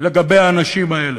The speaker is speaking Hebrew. לגבי האנשים האלה.